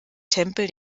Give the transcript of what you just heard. tempel